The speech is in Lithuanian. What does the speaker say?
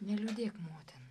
neliūdėk motin